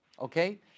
Okay